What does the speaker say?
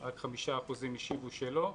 רק 5% השיבו שלא.